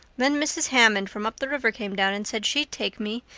then mrs. hammond from up the river came down and said she'd take me,